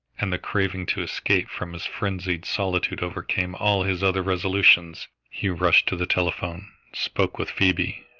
and the craving to escape from his frenzied solitude overcame all his other resolutions. he rushed to the telephone, spoke with phoebe,